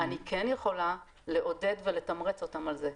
אני כן יכולה לעודד ולתמרץ אותם על זה,